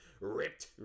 ripped